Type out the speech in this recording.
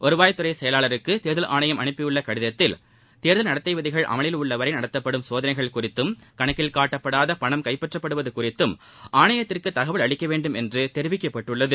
வருவாய் துறை செயலாளருக்கு தேர்தல் ஆணையம் அனுப்பியுள்ள கடிதத்தில் தேர்தல் நடத்தை விதிகள் அமலில் உள்ள வரை நடத்தப்படும் சோதனைகள் குறித்தும் கணக்கில் காட்டப்படாத பணம் கைப்பற்றப்படுவது குறித்தும் ஆணையத்திற்கு தகவல் அளிக்க வேண்டும் என்று தெரிவிக்கப்பட்டுள்ளது